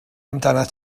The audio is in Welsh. amdanat